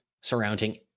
surrounding